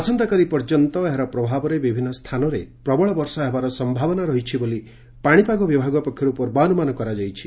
ଆସନ୍ତାକାଲି ପର୍ଯ୍ୟନ୍ତ ଏହାର ପ୍ରଭାବରେ ବିଭିନ୍ନ ସ୍ଥାନରେ ପ୍ରବଳ ବର୍ଷା ହେବାର ସମ୍ଭାବନା ରହିଛି ବୋଲି ପାଶିପାଗ ବିଭାଗ ପକ୍ଷରୁ ପୂର୍ବାନୁମାନ କରାଯାଇଛି